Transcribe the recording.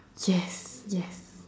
yes yes